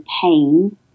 pain